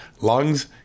lungs